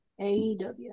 aew